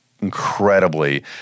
incredibly